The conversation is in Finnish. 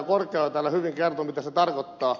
korkeaoja täällä hyvin kertoi mitä se tarkoittaa